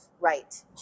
Right